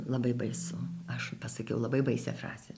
labai baisu aš pasakiau labai baisią frazę